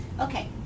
Okay